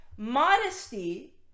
Modesty